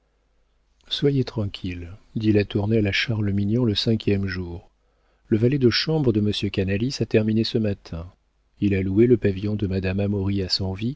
soyez tranquille dit latournelle à charles mignon le cinquième jour le valet de chambre de monsieur canalis a terminé ce matin il a loué le pavillon de madame amaury à